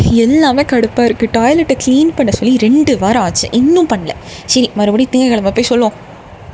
எல்லாமே கடுப்பாக இருக்குது டாய்லெட்டை க்ளீன் பண்ணச் சொல்லி ரெண்டு வாரம் ஆச்சு இன்னும் பண்ணலை சரி மறுபடியும் திங்கக்கிலம போய் சொல்வோம்